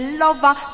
lover